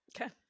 Okay